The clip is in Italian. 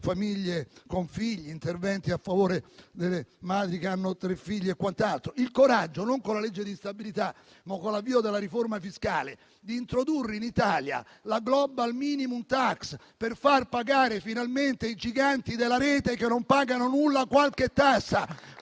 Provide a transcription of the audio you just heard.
famiglie con figli e interventi a favore delle madri che hanno tre figli e quant'altro. Ricordo il coraggio, non con la legge di stabilità, ma con l'avvio della riforma fiscale, di introdurre in Italia la Global minimum tax per far pagare finalmente qualche tassa ai giganti della rete che non pagano nulla.